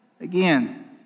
Again